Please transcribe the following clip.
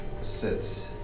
sit